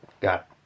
got